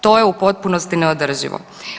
To je u potpunosti neodrživo.